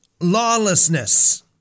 lawlessness